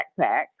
backpack